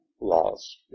laws